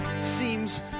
seems